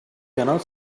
cannot